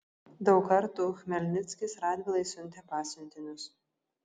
daug kartų chmelnickis radvilai siuntė pasiuntinius